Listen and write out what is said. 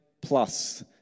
plus